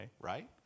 right